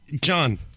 John